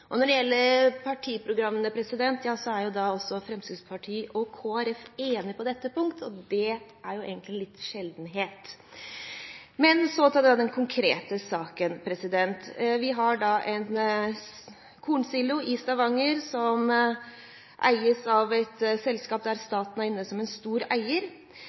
Når det gjelder partiprogrammene, er Fremskrittspartiet og Kristelig Folkeparti enige på dette punkt, og det er egentlig en liten sjeldenhet. Men så til den konkrete saken. Vi har en kornsilo i Stavanger som eies av et selskap der staten er inne som en stor eier.